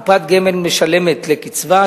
קופת גמל משלמת לקצבה,